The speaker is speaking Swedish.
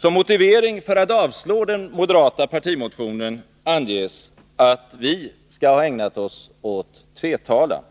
Som motivering för att avslå den moderata partimotionen anges att vi skall ha ägnat oss åt tvetalan.